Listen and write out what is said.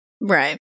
Right